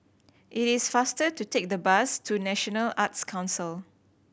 it is faster to take the bus to National Arts Council